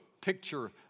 picture